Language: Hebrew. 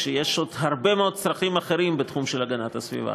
כשיש עוד הרבה מאוד צרכים אחרים בתחום של הגנת הסביבה,